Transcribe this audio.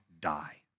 die